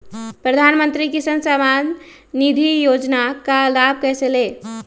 प्रधानमंत्री किसान समान निधि योजना का लाभ कैसे ले?